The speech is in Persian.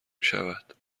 میشود